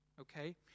okay